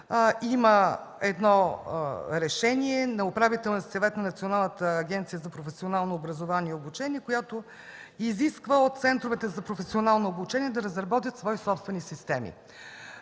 има едно решение на Управителния съвет на Националната агенция за професионално образование и обучение, която изисква от центровете за професионално обучение да разработят свои собствени системи.